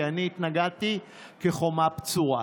כי אני התנגדתי כחומה בצורה.